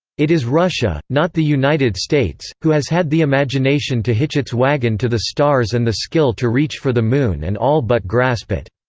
it is russia, not the united states, who has had the imagination to hitch its wagon to the stars and the skill to reach for the moon and all but grasp it.